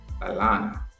Alana